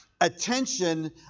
attention